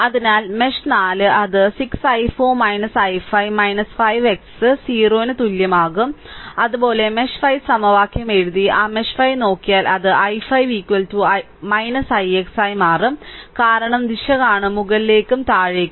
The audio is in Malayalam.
അതിനാൽ മെഷ് 4 അത് 6 i4 i5 5 ix 0 ന് തുല്യമാകും അതുപോലെ മെഷ് 5 സമവാക്യം എഴുതി ആ മെഷ് 5 നോക്കിയാൽ അത് i5 ix ആയി മാറും കാരണം ദിശ കാണും മുകളിലേക്കും താഴേക്കും